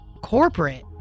Corporate